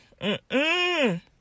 mm-mm